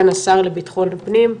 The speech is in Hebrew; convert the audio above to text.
סגן השר לביטחון הפנים.